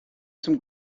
some